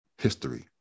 history